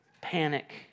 panic